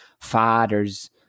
fathers